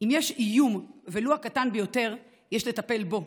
אם יש איום, ולו הקטן ביותר, יש לטפל בו.